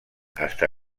hasta